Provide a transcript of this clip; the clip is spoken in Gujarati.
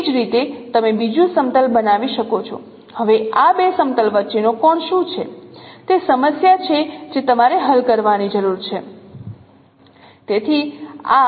એ જ રીતે તમે બીજું સમતલ બનાવી શકો છો હવે આ બે સમતલ વચ્ચેનો કોણ શું છે તે સમસ્યા છે જે તમારે હલ કરવાની જરૂર છે